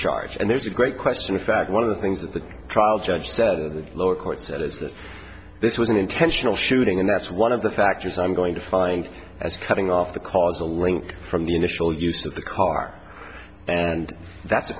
charge and there's a great question in fact one of the things that the trial judge said lower court said is that this was an intentional shooting and that's one of the factors i'm going to find as cutting off the causal link from the initial use of the car and that's a